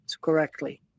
correctly